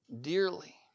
dearly